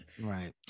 Right